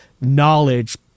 knowledge